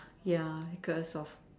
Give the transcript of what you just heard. ya because of